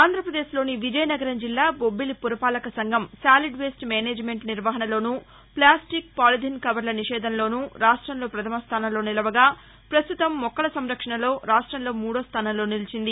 ఆంధ్రాపదేశ్లోని విజయనగరం జిల్లా బొబ్బిలి పురపాలక సంఘం సాలిద్వేస్ట్ మేనేజ్మెంట్ నిర్వహణలోను ఫ్లాస్టిక్ పాలిథిన్ కవర్ల నిషేధంలోనూ రాష్టంలో పధమ స్దాసంలో నిలవగా పస్తుతం మొక్కల సంరక్షణలో రాష్టంలో మూడో స్దానంలో నిలిచింది